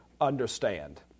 understand